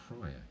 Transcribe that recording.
prior